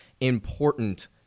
important